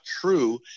true